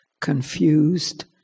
confused